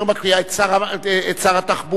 את שר התחבורה,